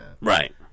Right